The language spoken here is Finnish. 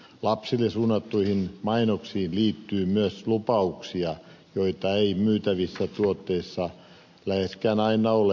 lapsille suunnattuihin mainoksiin liittyy myös lupauksia joita ei myytävissä tuotteissa läheskään aina ole